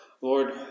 Lord